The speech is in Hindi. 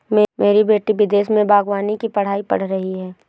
मेरी बेटी विदेश में बागवानी की पढ़ाई पढ़ रही है